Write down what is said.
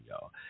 y'all